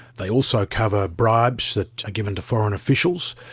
they also cover bribes that are given to foreign officials,